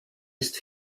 ist